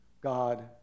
God